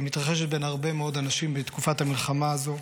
שמתרחשת בין הרבה מאוד אנשים בתקופת המלחמה הזו.